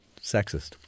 sexist